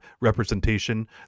representation